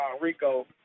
RICO